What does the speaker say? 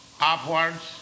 upwards